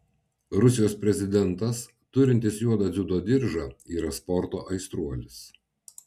rusijos prezidentas turintis juodą dziudo diržą yra sporto aistruolis